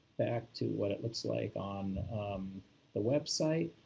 back to what it looks like on the website.